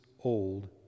old